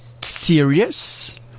serious